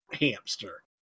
hamster